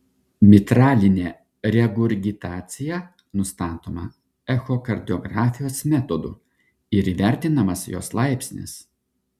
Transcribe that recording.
mitralinė regurgitacija nustatoma echokardiografijos metodu ir įvertinamas jos laipsnis